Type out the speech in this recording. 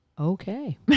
Okay